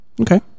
Okay